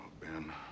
Ben